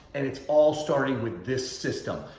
and it's all starting with this system.